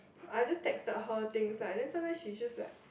I just texted her things right then sometimes she just like